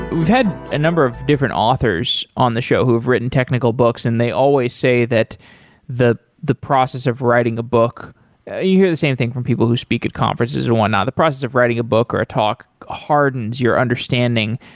we've had a number of different authors on the show who have written technical books and they always say that the the process of writing a book you hear the same thing from people who speak at conferences or whatnot, the process of writing a book, or a talk hardens your understanding,